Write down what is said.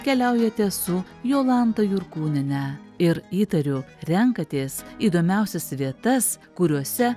keliaujate su jolanta jurkūnienė ir įtariu renkatės įdomiausias vietas kuriose